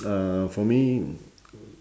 uh for me